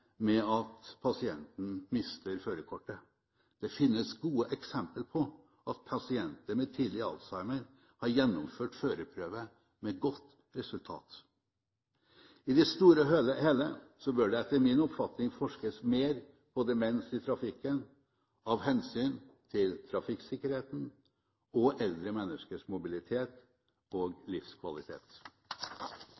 med at pasienten mister førerkortet. Det finnes gode eksempler på at pasienter med tidlig Alzheimer har gjennomført førerprøve med godt resultat. I det store og hele bør det etter min oppfatning forskes mer på demens i trafikken – av hensyn til trafikksikkerheten og eldre menneskers mobilitet og